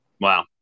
Wow